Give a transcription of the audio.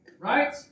right